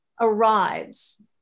arrives